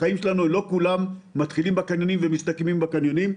לא כל החיים של כולנו מתחילים בקניונים ומסתיימים בקניונים.